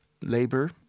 labor